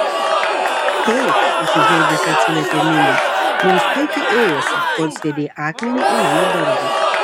ei įsižeidusi atsiliepė minė mums puikiai ėjosi kol sviedei akmenį į mano daržą